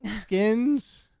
skins